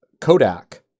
Kodak